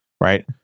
Right